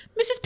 Mrs